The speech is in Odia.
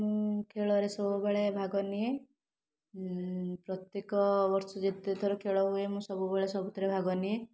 ମୁଁ ଖେଳରେ ସବୁବେଳେ ଭାଗ ନିଏ ପ୍ରତ୍ୟେକ ବର୍ଷ ଯେତେ ଥର ଖେଳ ହୁଏ ମୁଁ ସବୁବେଳେ ସବୁଥିରେ ଭାଗନିଏ